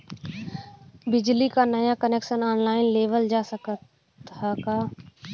बिजली क नया कनेक्शन ऑनलाइन लेवल जा सकत ह का?